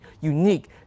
unique